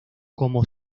como